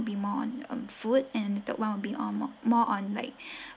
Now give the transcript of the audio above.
be more on um food and the third one will be uh more more on like